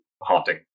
haunting